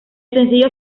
sencillo